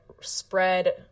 spread